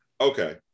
Okay